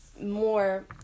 more